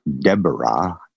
Deborah